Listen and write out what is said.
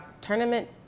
Tournament